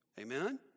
Amen